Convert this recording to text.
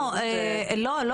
לא, לא,